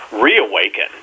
reawaken